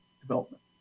development